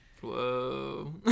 Whoa